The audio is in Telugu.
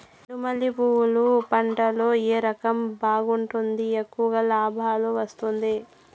చెండు మల్లె పూలు పంట లో ఏ రకం బాగుంటుంది, ఎక్కువగా లాభాలు వస్తుంది?